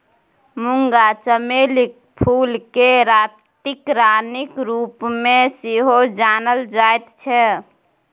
मूंगा चमेलीक फूलकेँ रातिक रानीक रूपमे सेहो जानल जाइत छै